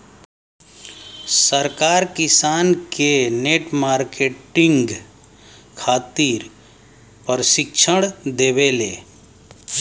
सरकार किसान के नेट मार्केटिंग खातिर प्रक्षिक्षण देबेले?